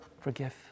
forgive